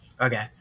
Okay